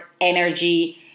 energy